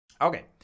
Okay